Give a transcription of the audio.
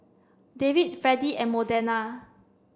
Davin Fredy and Modena